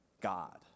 God